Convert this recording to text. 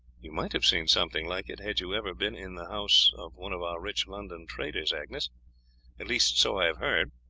you might have seen something like it had you ever been in the house of one of our rich london traders, agnes at least so i have heard,